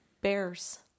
bears